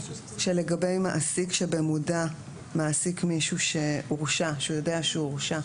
שלגבי מעסיק שבמודע מעסיק מישהו שהוא יודע שהורשע,